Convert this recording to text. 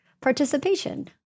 participation